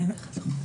תודה.